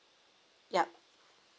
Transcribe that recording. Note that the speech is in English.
yup